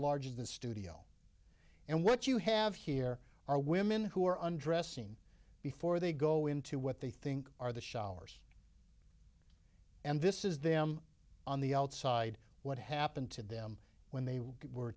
large as the studio and what you have here are women who are undressing before they go into what they think are the showers and this is them on the outside what happened to them when they were